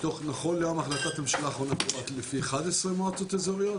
נכון ליום החלטת הממשלה האחרונה לפי 11 מועצות אזוריות.